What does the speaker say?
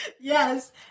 Yes